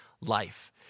life